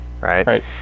right